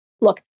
look